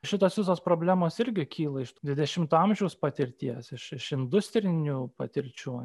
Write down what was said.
šitos visos problemos irgi kyla iš dvidešimto amžiaus patirties iš iš industrinių patirčių